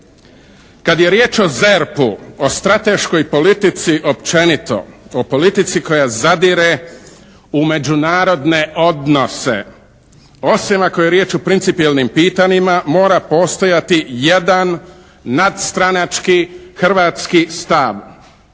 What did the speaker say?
Kad je riječ o ZERP-u, o strateškoj politici općenito, o politici koja zadire u međunarodne odnose, osim ako je riječ o principijelnim pitanjima mora postojati jedan nadstranački hrvatski stav.